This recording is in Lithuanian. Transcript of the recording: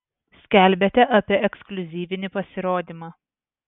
skelbiate apie ekskliuzyvinį pasirodymą